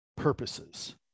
purposes